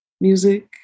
music